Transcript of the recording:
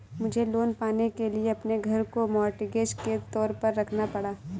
मुझे लोन पाने के लिए अपने घर को मॉर्टगेज के तौर पर रखना पड़ा